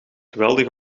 geweldig